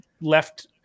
left